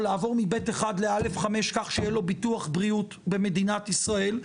או לעבור מ-ב'1 ל-א'5 כדי שיהיה לו ביטוח בריאות במדינת ישראל,